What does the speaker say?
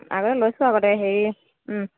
আগতে লৈছোঁ আগতে হেৰি